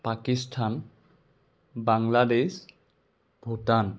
Pakistan Bangladesh Bhutan